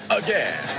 again